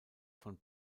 von